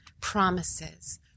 promises